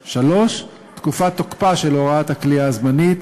3. תקופת תוקפה של הוראת הכליאה הזמנית,